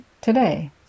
today